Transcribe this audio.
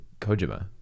Kojima